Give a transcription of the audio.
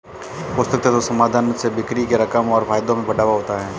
पोषक तत्व समाधान से बिक्री के रकम और फायदों में बढ़ावा होता है